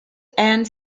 and